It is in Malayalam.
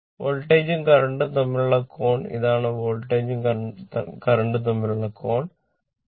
വോൾട്ടേജും കറന്റും തമ്മിലുള്ള കോൺ ഇതാണ് വോൾട്ടേജും കറന്റും തമ്മിലുള്ള കോൺ α β